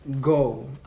go